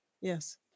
yes